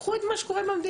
קחו את מה שקורה במדינה.